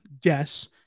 guess